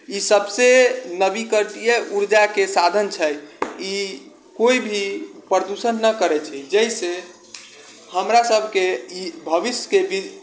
ई सबसँ नवीकरणीय ऊर्जाके साधन छै ई कोइ भी प्रदूषण नहि करै छै जाहिसँ हमरासबके ई भविष्यके दिन